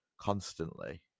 constantly